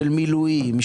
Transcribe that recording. של מילואים,